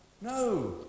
no